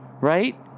right